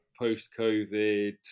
Post-Covid